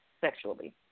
sexually